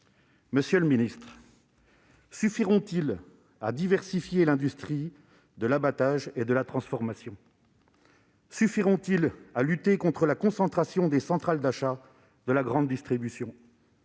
Monsieur le ministre, suffiront-ils à diversifier l'industrie de l'abattage et de la transformation ? Suffiront-ils à lutter contre la concentration des centrales d'achat de la grande distribution ?